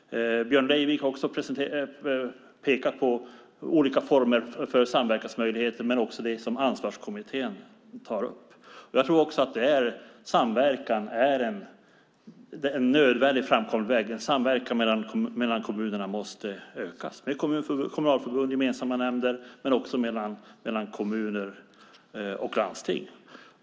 Björn Leivik pekade på olika former för samverkansmöjligheter men också på det som Ansvarskommittén tar upp. Jag tror också att samverkan är en nödvändig framkomlig väg. Samverkan mellan kommunerna måste öka med kommunalförbund och gemensamma nämnder, men det gäller också samverkan mellan kommuner och landsting.